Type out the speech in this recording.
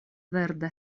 verda